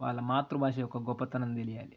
వాళ్ళ మాతృభాష యొక్క గొప్పతనం తెలియాలి